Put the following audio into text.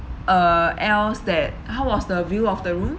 uh else that how was the view of the room